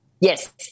Yes